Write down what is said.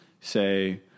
say